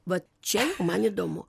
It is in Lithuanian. va čia jau man įdomu